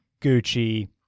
Gucci